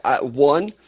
one